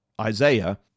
Isaiah